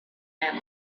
man